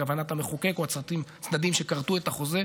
לכוונת המחוקק או הצדדים שכרתו את החוזה,